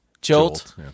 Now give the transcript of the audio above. Jolt